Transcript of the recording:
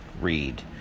read